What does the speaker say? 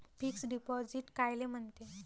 Fix deposit कायले म्हनते?